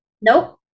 Nope